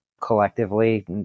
collectively